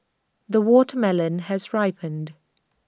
the watermelon has ripened